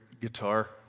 guitar